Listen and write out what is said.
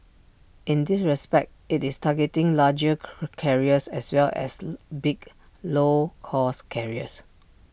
in this respect IT is targeting larger carriers as well as big low cost carriers